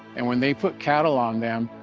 and when they put cattle on them.